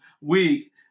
week